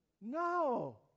No